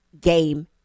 game